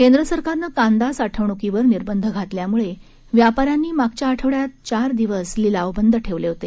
केंद्र सरकारनं कांदा साठवणूकीवर निर्बंध घातल्यामुळे व्यापाऱ्यांनी मागच्या आठवङ्यात चार दिवस लिलाव बंद ठेवले होते